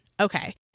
Okay